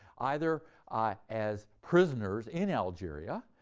either ah as prisoners in algeria,